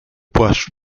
płaszcz